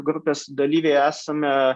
grupės dalyviai esame